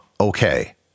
okay